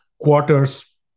quarter's